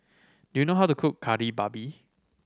do you know how to cook Kari Babi